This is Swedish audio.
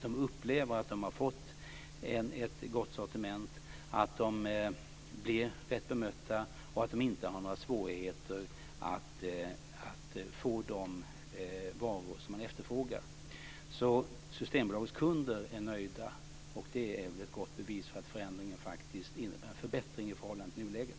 De upplever att de har fått ett gott sortiment, att de blir rätt bemötta och att de inte har några svårigheter att få de varor som de efterfrågar. Systembolagets kunder är alltså nöjda, och det är väl ett gott bevis för att förändringen innebär en förbättring i förhållande till nuläget.